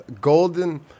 golden